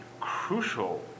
crucial